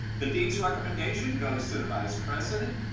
the dean's recommendation goes to the vice president,